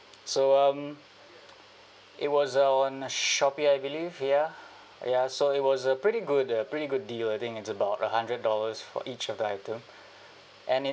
so um it was on shopee I believe ya ya so it was a pretty good uh pretty good deal I think it's about a hundred dollars for each of the item and it